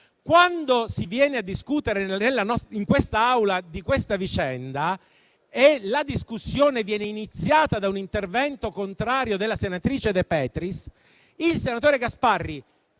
Quando si viene a discutere in quest'Aula di questa vicenda e la discussione viene iniziata da un intervento contrario della senatrice De Petris, il senatore Gasparri